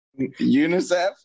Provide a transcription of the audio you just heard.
UNICEF